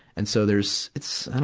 and so, there's, it's, and